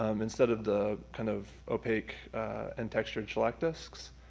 um instead of the kind of opaque and textured shellac discs.